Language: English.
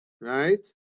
right